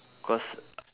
cause